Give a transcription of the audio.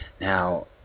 Now